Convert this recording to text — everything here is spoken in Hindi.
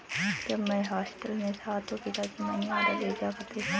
जब मैं हॉस्टल में था तो पिताजी मनीऑर्डर भेजा करते थे